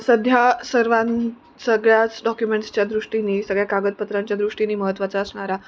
सध्या सर्वांनी सगळ्याच डॉक्युमेंट्सच्या दृष्टीनी सगळ्या कागदपत्रांच्या दृष्टीनी महत्त्वाचा असणारा